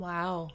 Wow